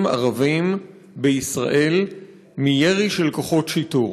ערבים בישראל מירי של כוחות שיטור.